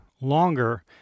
longer